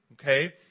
Okay